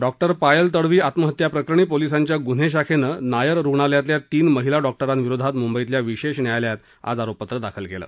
doctor Payal Tadvi आत्महत्याप्रकरणी पोलिसांच्या गृन्हे शाखेनं नायर रुग्णालयातल्या तीन महिला डॉक्टरांविरोधात मुंबईतल्या विशेष न्यायालयात आज आरोपपत्र दाखल केलं